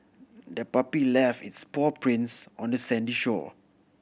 the puppy left its paw prints on the sandy shore